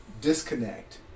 disconnect